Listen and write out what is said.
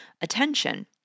attention